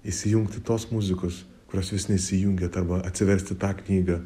įsijungti tos muzikos kurios vis nesijungiat arba atsiversti tą knygą